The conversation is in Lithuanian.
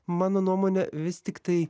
mano nuomone vis tiktai